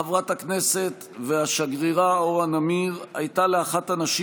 חברת הכנסת והשגרירה אורה נמיר הייתה לאחת הנשים